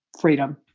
freedom